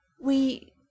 We